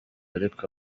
ariko